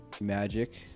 Magic